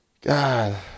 God